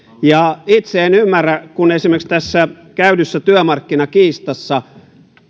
itse en ymmärrä kun esimerkiksi tässä käydyssä työmarkkinakiistassa